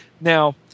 Now